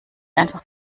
einfach